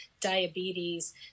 diabetes